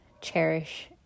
Cherish